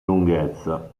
lunghezza